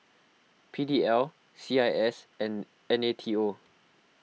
P D L C I S and N A T O